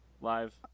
Live